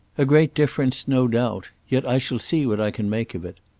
a great difference no doubt. yet i shall see what i can make of it.